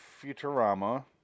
Futurama